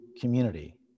community